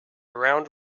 round